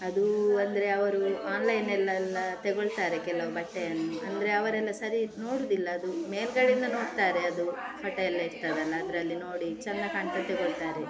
ಅದು ಅಂದರೆ ಅವರು ಆನ್ಲೈನಲ್ಲೆಲ್ಲ ತಗೊಳ್ತಾರೆ ಕೆಲವು ಬಟ್ಟೆಯನ್ನು ಅಂದರೆ ಅವರೆಲ್ಲ ಸರಿ ನೋಡೋದಿಲ್ಲ ಅದು ಮೇಲ್ಗಡೆಯಿಂದ ನೋಡ್ತಾರೆ ಅದು ಪಟಯೆಲ್ಲ ಇರ್ತದಲ್ಲ ಅದರಲ್ಲಿ ನೋಡಿ ಚೆಂದ ಕಾಣ್ತದೆ ತಗೊಳ್ತಾರೆ